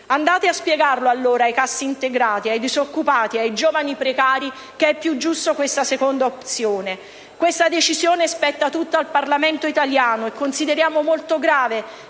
Andate a spiegare allora ai cassaintegrati, ai disoccupati, ai giovani precari che è più giusta questa seconda opzione. Questa decisione spetta tutta al Parlamento italiano e consideriamo molto grave